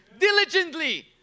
diligently